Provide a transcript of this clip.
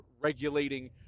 regulating